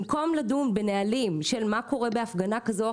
במקום לדון בנהלים של מה קורה בהפגנה כזו או